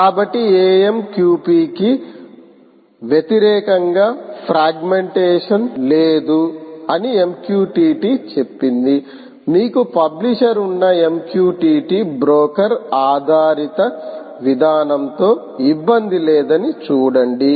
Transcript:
కాబట్టి AMQP కి వ్యతిరేకంగా ఫ్రాగ్మెంటేషన్ లేదు అని MQTT చెప్పింది మీకు పబ్లిషర్ ఉన్న MQTT బ్రోకర్ ఆధారిత విధానంతో ఇబ్బంది లేదని చూడండి